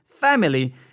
family